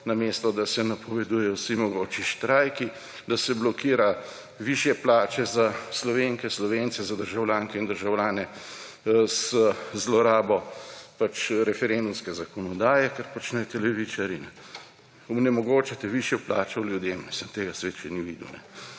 namesto da se napovedujejo vsi mogoči štrajki, da se blokira višje plače za Slovenke, Slovence, za državljanke in državljane z zlorabo referendumske zakonodaje, kar počnete levičarji, onemogočate višjo plačo ljudem. Mislim, tega svet še ni videl!